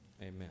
amen